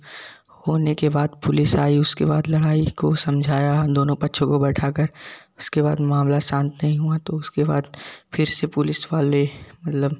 होने के बाद पुलिस आई उसके बाद लड़ाई को समझाया हम दोनों पक्षों को बैठा कर उसके बाद मामला शांत नहीं हुआ तो उसके बाद फिर से पुलिस वाले मतलब